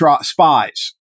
spies